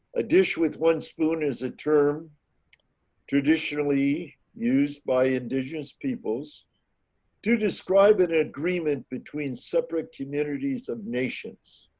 a dish with one spoon is a term traditionally used by indigenous peoples to describe an agreement between separate communities of nations.